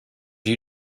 you